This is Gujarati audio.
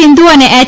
સિંધુ અને એય